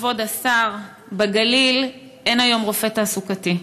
כבוד השר, בגליל אין היום רופא תעסוקתי.